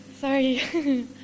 Sorry